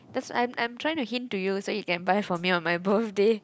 those I'm I'm trying to hint to you so you can buy for me on my birthday